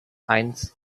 eins